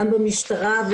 גם במשטרה,